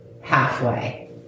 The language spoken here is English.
halfway